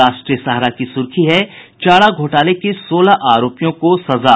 राष्ट्रीय सहारा की सुर्खी है चारा घोटाले के सोलह आरोपियों को सजा